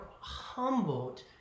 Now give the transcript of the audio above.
humbled